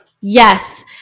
Yes